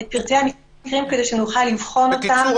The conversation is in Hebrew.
את פרטי המקרים כדי שנוכל לבחון אותם -- בקיצור,